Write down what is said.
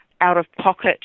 out-of-pocket